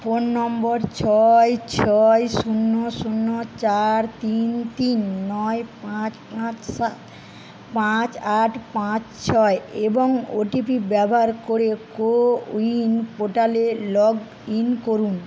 phone নম্বর ছয় ছয় শূন্য শূন্য চার তিন তিন নয় পাঁচ পাঁচ সাত পাঁচ আট পাঁচ ছয় এবং ওটিপি ব্যবহার করে কোউইন পোর্টালে লগ ইন করুন